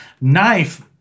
knife